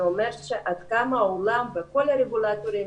זה אומר עד כמה העולם וכל הרגולטורים